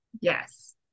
Yes